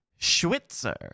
schwitzer